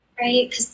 right